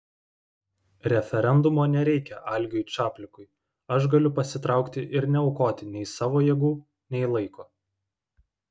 referendumo nereikia algiui čaplikui aš galiu pasitraukti ir neaukoti nei savo jėgų nei laiko